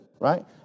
right